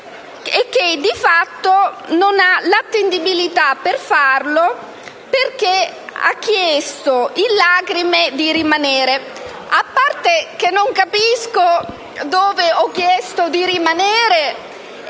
e che, di fatto, non ha l'attendibilità per farlo, perché ha chiesto in lacrime di rimanere. A parte che non capisco dove io abbia chiesto di rimanere